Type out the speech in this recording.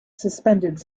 suspended